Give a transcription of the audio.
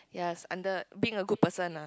ya it's under being a good person lah